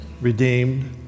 redeemed